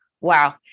wow